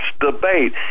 debate